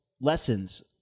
Lessons